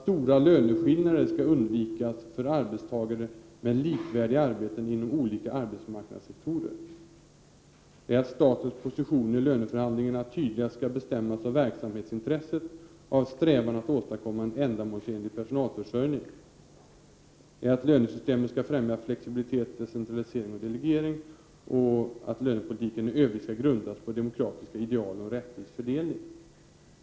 Stora löneskillnader skall undvikas för arbetstagare med likvärdiga arbeten inom olika arbetsmarknadssektorer. Statens position i löneförhandlingarna skall tydligare bestämmas av verksamhetsintresset och av strävan att åstadkomma en ändamålsenlig personalförsörjning. Lönesystemet skall främja flexibilitet, decentralisering och delegering. Lönepolitiken skall i övrigt grundas på demokratiska ideal och en 45 rättvis fördelning.